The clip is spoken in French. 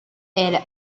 elle